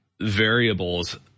variables